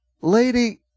Lady